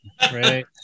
Right